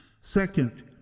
Second